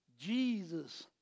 Jesus